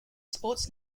sports